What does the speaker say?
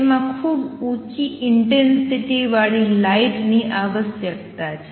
તેમાં ખૂબ ઉચી ઇંટેંસિટી વાળી લાઇટ ની આવશ્યકતા છે